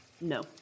no